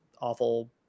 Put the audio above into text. awful